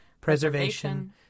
preservation